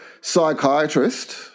psychiatrist